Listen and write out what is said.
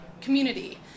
community